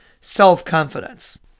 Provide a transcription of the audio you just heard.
self-confidence